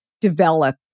develop